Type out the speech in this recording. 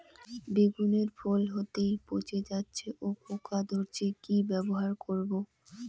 বেগুনের ফল হতেই পচে যাচ্ছে ও পোকা ধরছে কি ব্যবহার করব?